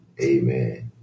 Amen